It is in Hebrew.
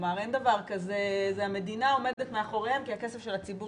כלומר המדינה עומדת מאחוריהם כי הכסף של הציבור